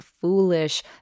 foolish